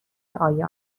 ادعای